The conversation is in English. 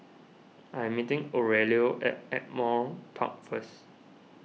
I am meeting Aurelio at Ardmore Park first